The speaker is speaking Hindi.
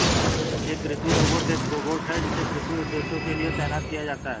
एक कृषि रोबोट एक रोबोट है जिसे कृषि उद्देश्यों के लिए तैनात किया जाता है